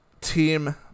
Team